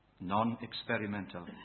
Non-experimental